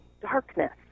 darkness